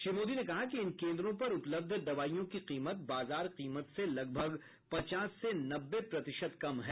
श्री मोदी ने कहा कि इन केन्द्रों पर उपलब्ध दवाइयों की कीमत बाजार कीमत से लगभग पचास से नब्बे प्रतिशत कम है